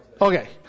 Okay